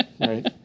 right